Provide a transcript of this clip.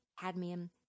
cadmium